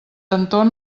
anton